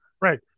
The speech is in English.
Right